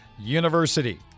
University